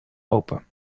open